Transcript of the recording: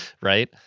right